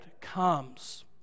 comes